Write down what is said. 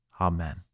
amen